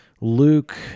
Luke